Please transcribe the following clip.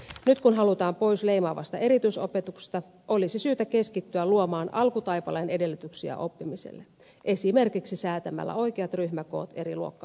nyt kun halutaan pois leimaavasta erityisopetuksesta olisi syytä keskittyä luomaan alkutaipaleen edellytyksiä oppimiselle esimerkiksi säätämällä oikeat ryhmäkoot eri luokka asteille